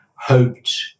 hoped